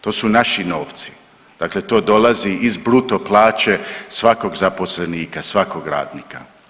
To su naši novci, dakle to dolazi iz bruto plaće svakog zaposlenika, svakog radnika.